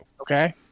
Okay